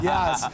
Yes